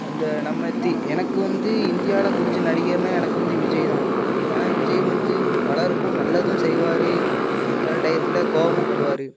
அந்த நம்ம தீ எனக்கு வந்து இந்தியாவில் பிடிச்ச நடிகர்னால் எனக்கு வந்து விஜய் தான் ஏன்னால் விஜய் வந்து பலருக்கும் நல்லதும் செய்வார் சில டயத்துல கோபமும் படுவார்